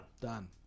Done